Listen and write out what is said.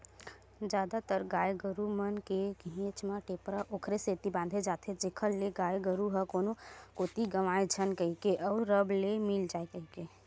जादातर गाय गरु मन के घेंच म टेपरा ओखरे सेती बांधे जाथे जेखर ले गाय गरु ह कोनो कोती गंवाए झन कहिके अउ रब ले मिल जाय कहिके